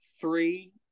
three